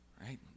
Right